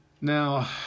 Now